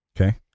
Okay